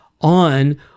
on